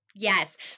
Yes